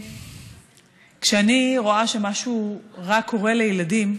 כשאני רואה שמשהו רע קורה לילדים,